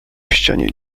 ścianie